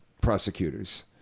prosecutors